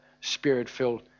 spirit-filled